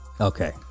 Okay